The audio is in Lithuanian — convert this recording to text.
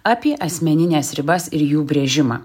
apie asmenines ribas ir jų brėžimą